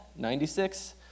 96